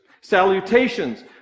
Salutations